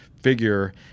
figure